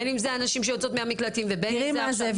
בין אם זה נשים שיוצאות מהמקלטים --- תראי מה זה,